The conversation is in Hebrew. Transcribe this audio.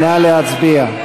נא להצביע.